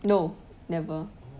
no never